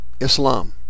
Islam